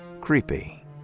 Creepy